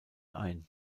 ein